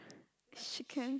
chicken